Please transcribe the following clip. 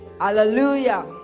Hallelujah